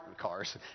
cars